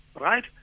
right